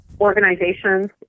organizations